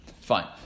Fine